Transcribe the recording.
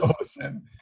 awesome